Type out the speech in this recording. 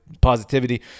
positivity